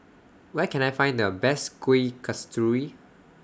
Where Can I Find The Best Kuih Kasturi